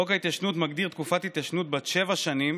חוק ההתיישנות מגדיר תקופת התיישנות בת שבע שנים